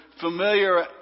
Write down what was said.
familiar